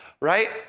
right